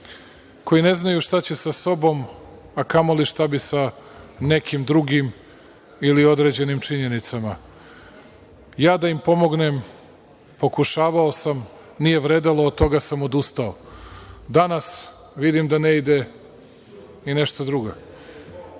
koji ne znaju šta će sa sobom, a kamoli šta bi sa nekim drugim ili određenim činjenicama. Ja da im pomognem, pokušavao sam, nije vredelo, od toga sam odustao. Danas vidim da ne ide i nešto drugo.